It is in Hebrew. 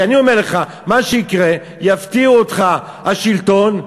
כי אני אומר לך, מה שיקרה, יפתיעו אותך, השלטון.